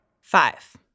Five